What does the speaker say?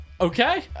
Okay